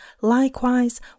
likewise